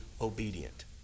obedient